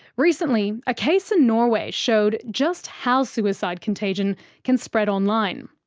recently, a case in norway showed just how suicide contagion can spread online.